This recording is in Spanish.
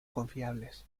confiables